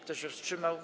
Kto się wstrzymał?